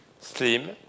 slim